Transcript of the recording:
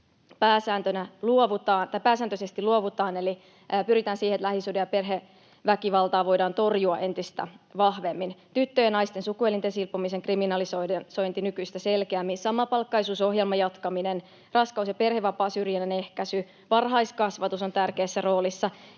pääsääntöisesti luovutaan, eli pyritään siihen, että lähisuhde- ja perheväkivaltaa voidaan torjua entistä vahvemmin. Tyttöjen ja naisten sukuelinten silpomisen kriminalisointi nykyistä selkeämmin, samapalkkaisuusohjelman jatkaminen, raskaus- ja perhevapaasyrjinnän ehkäisy, varhaiskasvatus on tärkeässä roolissa,